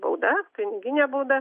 bauda piniginė bauda